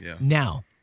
Now